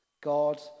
God